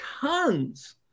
tons